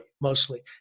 mostly